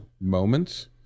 moments